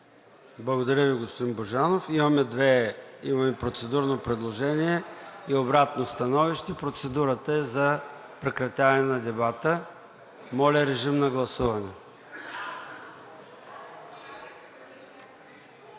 Благодаря Ви, господин Божанов. Имаме процедурно предложение и обратно становище. Процедурата е за прекратяване на дебата. Моля, гласувайте.